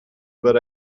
but